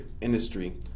industry